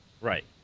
Right